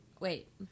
Wait